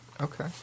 Okay